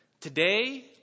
today